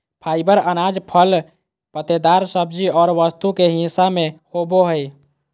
fibre अनाज, फल पत्तेदार सब्जी और वस्तु के हिस्सा में होबो हइ